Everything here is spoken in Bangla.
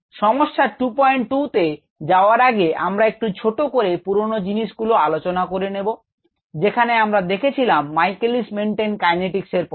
সমস্যা 22 তে যাওয়ার আগে আমরা একটু ছোট করে পুরানো জিনিস গুলো আলোচনা করে নেব যেখানে আমরা দেখেছিলাম Michaelis Menten কাইনেটিকস এর পদ্ধতি